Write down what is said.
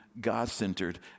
God-centered